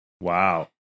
Wow